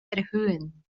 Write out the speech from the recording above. erhöhen